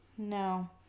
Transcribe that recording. No